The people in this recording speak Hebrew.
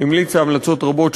המליצה המלצות רבות,